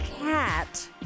cat